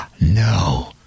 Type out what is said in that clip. No